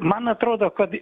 man atrodo kad